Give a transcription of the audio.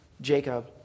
Jacob